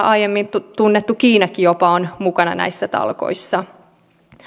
aiemmin tunnettu kiinakin jopa on mukana näissä talkoissa